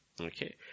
okay